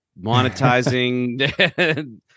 monetizing